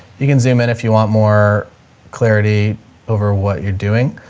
you can zoom in if you want more clarity over what you're doing,